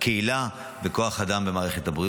הקהילה בכוח האדם במערכת הבריאות.